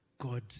God